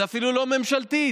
אפילו לא ממשלתית.